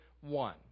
one